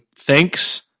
thanks